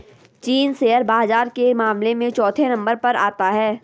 चीन शेयर बाजार के मामले में चौथे नम्बर पर आता है